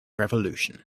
revolution